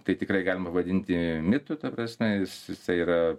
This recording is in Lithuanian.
tai tikrai galima vadinti mitu ta prasme jis jisai yra